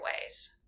ways